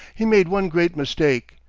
he made one great mistake,